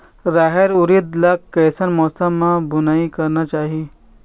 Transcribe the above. रहेर उरद ला कैसन मौसम मा बुनई करना चाही?